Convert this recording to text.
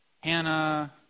Hannah